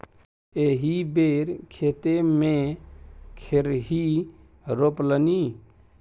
एहि बेर खेते मे खेरही रोपलनि